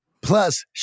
Plus